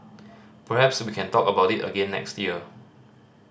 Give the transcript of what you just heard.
perhaps we can talk about it again next year